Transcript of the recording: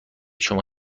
شما